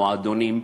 מועדונים,